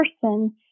person